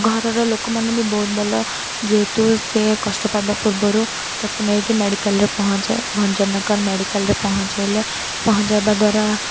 ଘରର ଲୋକମାନେ ବି ବହୁତ ଭଲ ଯେହେତୁ ସେ କଷ୍ଟ ପାଇବା ପୂର୍ବରୁ ତାକୁ ନେଇକି ମେଡ଼ିକାଲରେ ପହଞ୍ଚାଏ ଭଞ୍ଜନଗର ମେଡ଼ିକାଲରେ ପହଞ୍ଚାଇଲେ ପହଞ୍ଚାଇବା ଦ୍ୱାରା